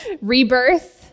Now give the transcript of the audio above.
rebirth